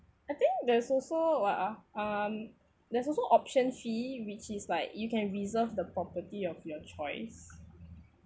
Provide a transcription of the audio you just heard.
I think there's also uh um there's also option fee which is like you can reserve the property of your choice